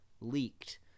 leaked